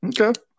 okay